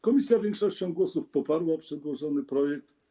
Komisja większością głosów poparła przedłożony projekt.